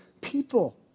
people